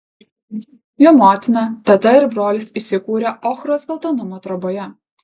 jo motina teta ir brolis įsikūrę ochros geltonumo troboje